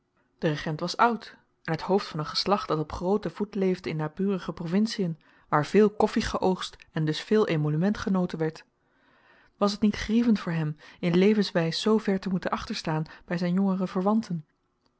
de regent was oud en t hoofd van een geslacht dat op grooten voet leefde in naburige provincien waar veel koffi geoogst en dus veel emolument genoten werd was t niet grievend voor hem in levenswys zoo ver te moeten achterstaan by zyn jongere